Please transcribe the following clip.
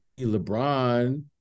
LeBron